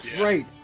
right